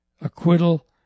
acquittal